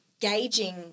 gauging